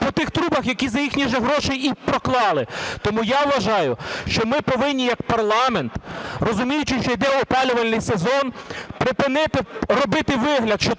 Тому я вважаю, що ми повинні як парламент, розуміючи, що іде опалювальний сезон, припинити робити вигляд, що тут